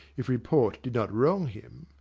if report did not wrong him.